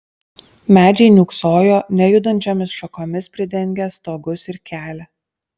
medžiai niūksojo nejudančiomis šakomis pridengę stogus ir kelią